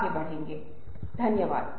आपका बहुत धन्यवाद